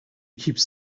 keeps